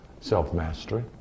self-mastery